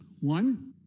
One